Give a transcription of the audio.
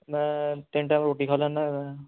ਮੈਂ ਤਿੰਨ ਟਾਈਮ ਰੋਟੀ ਖਾ ਲੈਂਦਾ ਹੈਗਾ ਹਾਂ